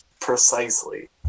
precisely